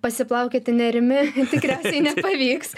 pasiplaukioti nerimi tikriausiai nepavyks